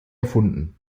erfunden